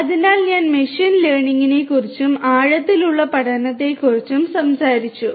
അതിനാൽ ഞാൻ മെഷീൻ ലേണിംഗിനെക്കുറിച്ചും ആഴത്തിലുള്ള പഠനത്തെക്കുറിച്ചും സംസാരിച്ചു